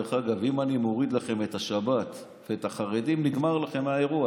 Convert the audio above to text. אם אני מוריד לכם את השבת ואת החרדים נגמר לכם האירוע,